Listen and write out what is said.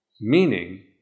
meaning